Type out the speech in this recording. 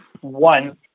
one